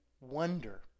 wonder